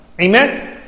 Amen